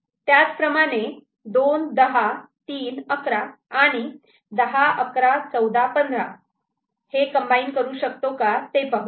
त्याच प्रमाणे 2 10 3 11 आणि 10 11 14 15 हे कम्बाईन करू शकतो का ते पाहू